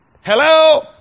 Hello